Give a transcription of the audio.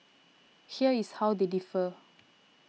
here is how they differ